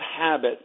habit